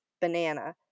banana